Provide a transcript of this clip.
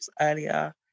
earlier